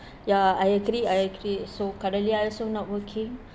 ya I agree I agree so currently I also not working